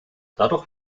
dadurch